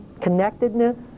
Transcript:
Connectedness